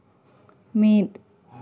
ᱢᱤᱫ